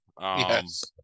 Yes